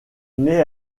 naît